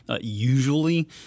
Usually